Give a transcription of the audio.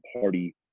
party